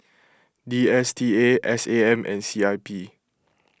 D S T A S A M and C I P